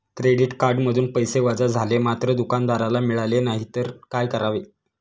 Credit कार्डमधून पैसे वजा झाले मात्र दुकानदाराला मिळाले नाहीत तर काय करावे?